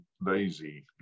lazy